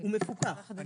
הוא מפוקח.